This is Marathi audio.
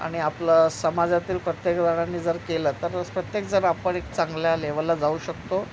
आणि आपलं समाजातील प्रत्येकजणांनी जर केलं तर प्रत्येक जर आपण एक चांगल्या लेवलला जाऊ शकतो